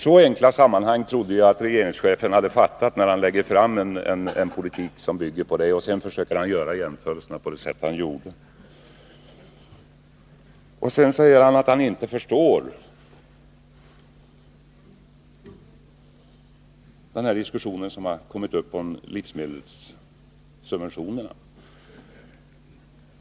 Så enkla sammanhang trodde jag att regeringschefen hade fattat, när han lägger fram en politik som bygger på detta. Sedan försöker han göra jämförelser på det sätt han gjorde och säger att han inte förstår den diskussion som uppkommit om livsmedelssubventionerna.